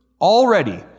Already